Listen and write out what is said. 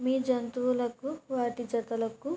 మీ జంతువులకు వాటి జతలకు